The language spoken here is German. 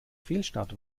fehlstart